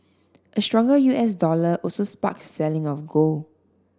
a stronger U S dollar also sparked selling of gold